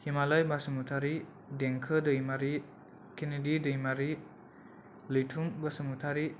हिमालय बासुमथारि देंखो दैमारि केनेदि दैमारि लैथुन बसुमथारि